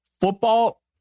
football